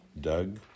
Doug